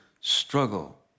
struggle